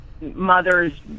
mothers